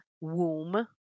Womb